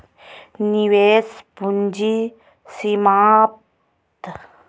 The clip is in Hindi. निवेश पूंजी सीमांत क्षमता से किस प्रकार भिन्न है?